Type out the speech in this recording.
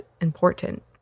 important